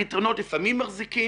הפתרונות לפעמים מחזיקים,